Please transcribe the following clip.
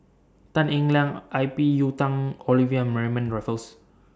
Tan Eng Liang I P Yiu Tung Olivia Mariamne Raffles